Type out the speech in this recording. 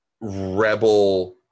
rebel